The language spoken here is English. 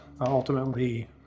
ultimately